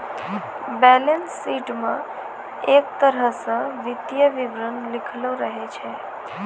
balance sheet म एक तरह स वित्तीय विवरण लिखलो रहै छै